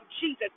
Jesus